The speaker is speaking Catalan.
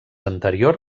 anterior